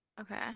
Okay